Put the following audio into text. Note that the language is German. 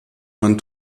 man